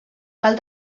cal